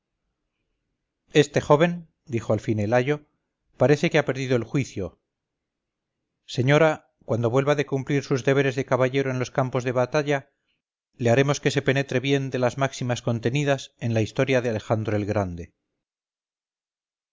este joven dijo al fin el ayo parece que ha perdido el juicio señora cuando vuelva de cumplir sus deberes de caballero en los campos de batalla le haremos que se penetre bien de las máximas contenidas en la historia de alejandro el grande